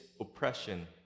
oppression